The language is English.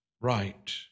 right